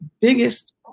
biggest